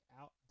out